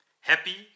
happy